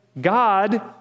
God